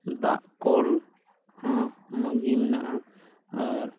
ᱫᱟᱜ ᱠᱚᱞ ᱦᱚᱸ ᱢᱚᱡᱽ ᱜᱮ ᱢᱮᱱᱟᱜᱼᱟ ᱟᱨ